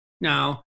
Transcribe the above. Now